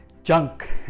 junk